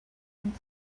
and